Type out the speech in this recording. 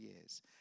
years